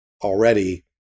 already